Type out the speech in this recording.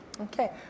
Okay